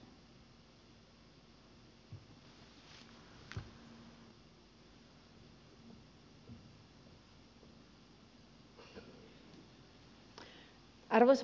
arvoisa puhemies